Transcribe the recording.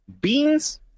beans